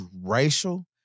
racial